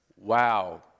Wow